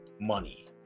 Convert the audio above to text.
money